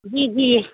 جی جی